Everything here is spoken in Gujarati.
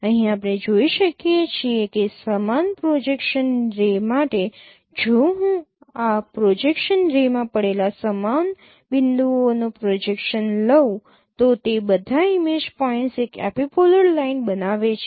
અહીં આપણે જોઈ શકીએ છીએ કે સમાન પ્રોજેક્શન રે માટે જો હું આ પ્રોજેક્શન રે માં પડેલા સમાન બિંદુઓનો પ્રોજેક્શન લઉં તો તે બધા ઇમેજ પોઇન્ટ્સ એક એપિપોલર લાઈન બનાવે છે